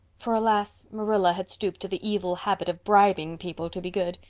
for alas, marilla had stooped to the evil habit of bribing people to be good!